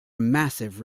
massive